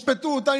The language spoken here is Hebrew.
ישפטו אותם,